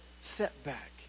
setback